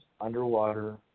underwater